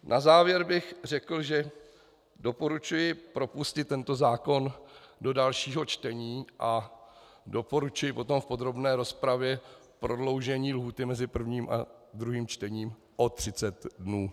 Na závěr bych řekl, že doporučuji propustit tento zákon do dalšího čtení a doporučuji potom v podrobné rozpravě prodloužení lhůty mezi prvním a druhým čtením o 30 dnů.